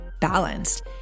balanced